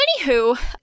Anywho